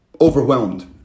overwhelmed